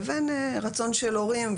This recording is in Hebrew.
לבין רצון של הורים.